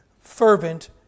fervent